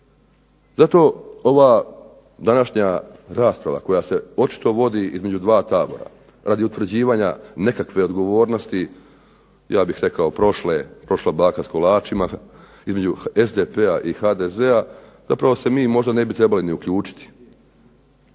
Zato ova današnja rasprava koja se očito vodi između 2 tabora radi utvrđivanja nekakve odgovornosti, ja bih rekao prošla baka s kolačima, između SDP-a i HDZ-a, zapravo se mi možda ne bi trebali ni uključiti.